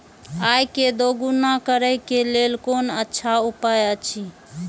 आय के दोगुणा करे के लेल कोन अच्छा उपाय अछि?